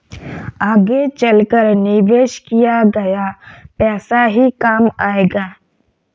आगे चलकर निवेश किया गया पैसा ही काम आएगा